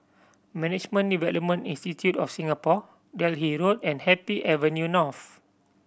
Management Development Institute of Singapore Delhi Road and Happy Avenue North